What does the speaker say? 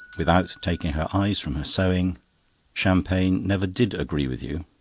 without taking her eyes from her sewing champagne never did agree with you.